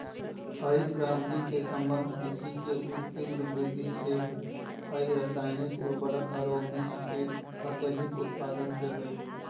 हरित क्रांति के संबंध कृषि के ऊ तिब्र वृद्धि से हई रासायनिक उर्वरक आरो बीज के अत्यधिक उत्पादन से हई